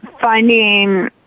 finding